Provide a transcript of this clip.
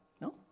No